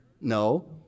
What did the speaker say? No